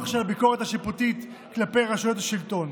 של הביקורת השיפוטית כלפי רשויות השלטון.